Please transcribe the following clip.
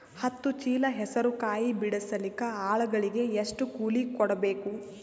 ಹತ್ತು ಚೀಲ ಹೆಸರು ಕಾಯಿ ಬಿಡಸಲಿಕ ಆಳಗಳಿಗೆ ಎಷ್ಟು ಕೂಲಿ ಕೊಡಬೇಕು?